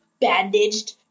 bandaged